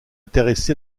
intéressé